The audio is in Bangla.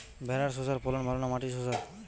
ভেরার শশার ফলন ভালো না মাটির শশার?